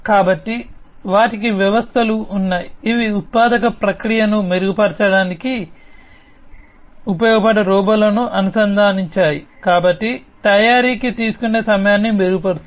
కాబట్టి వాటికి వ్యవస్థలు ఉన్నాయి ఇవి ఉత్పాదక ప్రక్రియను మెరుగుపరచడానికి ఉపయోగపడే రోబోలను అనుసంధానించాయి కాబట్టి తయారీకి తీసుకునే సమయాన్ని మెరుగుపరుస్తుంది